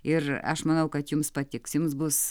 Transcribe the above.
ir aš manau kad jums patiks jums bus